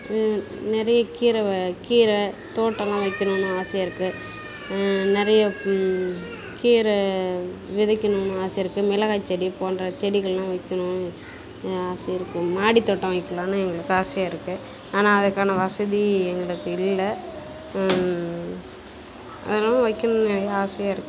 நிறைய கீரை கீரை தோட்டம்லாம் வைக்கணும்னு ஆசையாக இருக்குது நிறைய கீரை விதைக்கணும்னு ஆசை இருக்குது மிளகாய் செடி போன்ற செடிகள்லாம் வைக்கணும்னு ஆசை இருக்குது மாடித் தோட்டம் வைக்கலாம்னு எங்களுக்கு ஆசையாக இருக்குது ஆனால் அதுக்கான வசதி எங்களுக்கு இல்லை அதலாம் வைக்கணும்னு நிறைய ஆசையாக இருக்குது